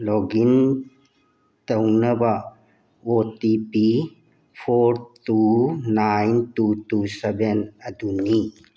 ꯂꯣꯛ in ꯇꯧꯅꯕ O T P four two nine two two seven ꯑꯗꯨꯅꯤ